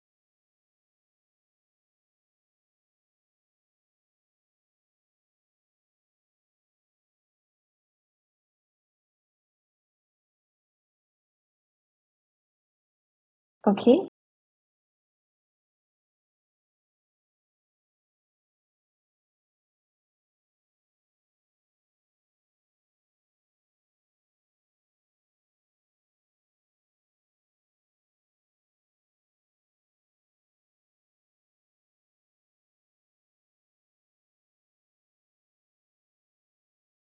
okay